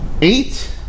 eight